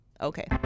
Okay